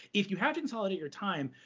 if you have consolidated your time,